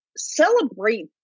celebrate